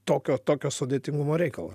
tokio tokio sudėtingumo reikalą